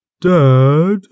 Dad